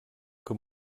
que